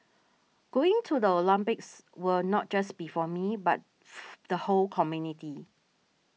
going to the Olympics will not just be for me but the whole community